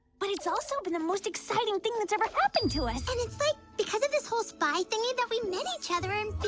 but it's also been the most exciting thing that's ever happened to us and it's like because of this whole spy thing you don't but we minnie kathryn